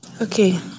Okay